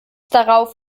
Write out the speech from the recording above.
darauf